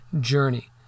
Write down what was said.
journey